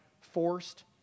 forced